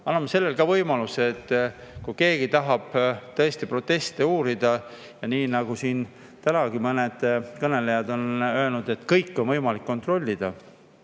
Anname siin ka võimaluse. Kui keegi tahab tõesti proteste uurida ja nii nagu siin tänagi mõned kõnelejad on öelnud, et kõike on võimalik kontrollida,